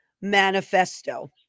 manifesto